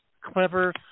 clever